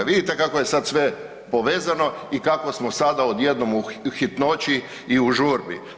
Vidite kako je sad sve povezano i kako smo sada odjednom u hitnoći i u žurbi.